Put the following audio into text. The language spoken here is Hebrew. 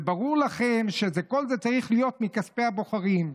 / וברור לכם שכל זה צריך להיות מכספי הבוחרים.